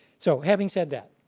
so having said that,